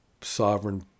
sovereign